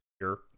Sure